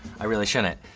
i really shouldn't,